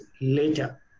later